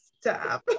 Stop